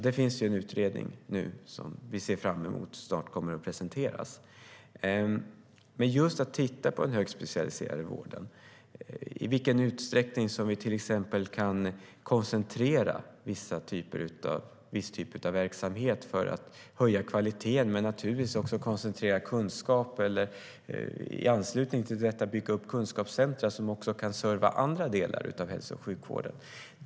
Det finns en utredning. Vi ser fram emot att den snart kommer att presenteras. Det handlar just om att titta på den högspecialiserade vården. I vilken utsträckning kan vi till exempel koncentrera viss typ av verksamhet för att höja kvaliteten? Det handlar naturligtvis också om att koncentrera kunskap eller att bygga upp kunskapscentrum, som också kan serva andra delar av hälso och sjukvården.